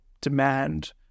demand